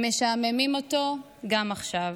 הם משעממים אותו גם עכשיו.